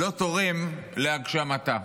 לא תורם להגשמתה.